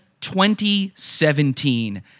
2017